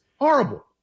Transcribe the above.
Horrible